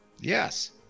Yes